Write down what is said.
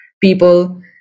people